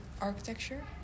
architecture